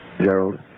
Gerald